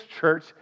church